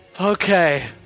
okay